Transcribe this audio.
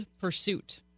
Pursuit